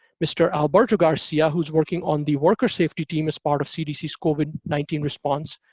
mr. alberto garcia, who's working on the worker safety team as part of cdc's covid nineteen response,